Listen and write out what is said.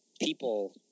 people